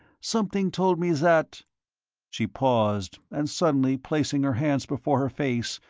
something told me that she paused, and suddenly placing her hands before her face,